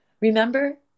Remember